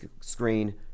screen